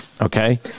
Okay